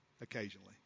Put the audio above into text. occasionally